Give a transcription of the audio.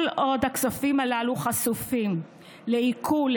כל עוד הכספים הללו חשופים לעיקול,